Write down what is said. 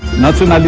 nothing